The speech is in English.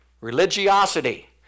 Religiosity